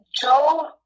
Joe